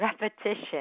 repetition